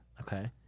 Okay